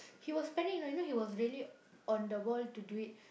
he was spending you know he was really on the ball to do it